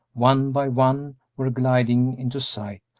one by one, were gliding into sight,